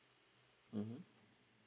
mmhmm